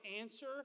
answer